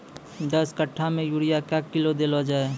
दस कट्ठा मे यूरिया क्या किलो देलो जाय?